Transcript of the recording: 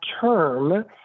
term